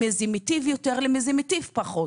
עם מי זה מטיב יותר ולמי זה מטיב פחות.